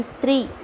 three